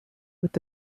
with